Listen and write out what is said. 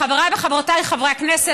חבריי וחברותיי חברי הכנסת,